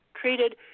treated